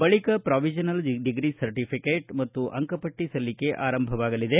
ಬಳಿಕ provisional degree certificate ಮತ್ತು ಅಂಕಪಟ್ಟಿ ಸಲ್ಲಿಕೆ ಆರಂಭವಾಗಲಿದೆ